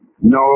no